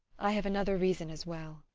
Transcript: i have another reason as well.